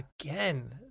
again